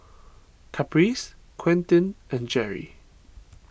Caprice Quentin and Jerry